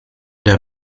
der